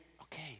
okay